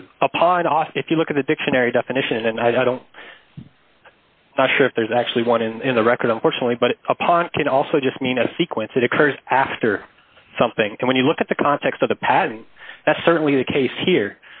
it was a pod off if you look at the dictionary definition and i don't not sure if there's actually one in the record unfortunately but upon can also just mean a sequence that occurs after something when you look at the context of the pattern that's certainly the case here